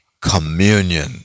communion